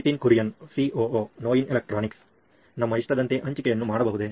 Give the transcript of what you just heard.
Nitin Kurian COO ನೋಯಿನ್ electronics ನಮ್ಮ ಇಷ್ಟದಂತೆ ಹಂಚಿಕೆಯನ್ನು ಮಾಡಬಹುದೇ